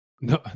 No